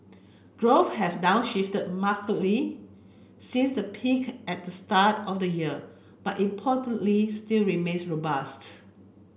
growth has downshifted markedly since the peak at the start of the year but importantly still remains robust